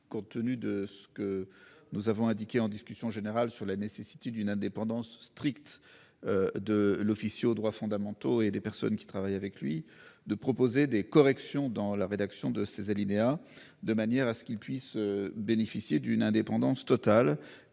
compte tenu de ce que nous avons indiqué en discussion générale sur la nécessité d'une indépendance strict. De l'officier aux droits fondamentaux et des personnes qui travaillent avec lui, de proposer des corrections dans la rédaction de ces alinéas de manière à ce qu'ils puissent bénéficier d'une indépendance totale